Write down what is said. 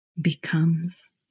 becomes